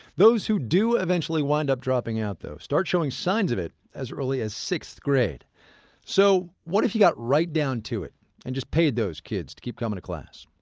those who do eventually wind up dropping out though, start showing signs of it as early as sixth grade so what if you got right down to it and paid those kids to keep coming to class?